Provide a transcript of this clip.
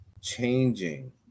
changing